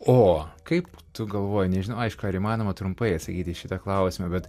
o kaip tu galvoji nežinau aišku ar įmanoma trumpai atsakyt į šitą klausimą bet